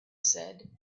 said